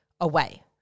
away